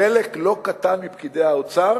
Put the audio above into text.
חלק לא קטן מפקידי האוצר,